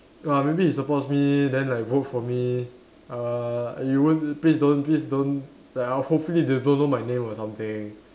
or maybe he supports me then like vote for me uh you won't please don't please don't like ho~ hopefully they don't know my name or something